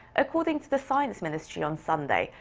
according to the science ministry on sunday,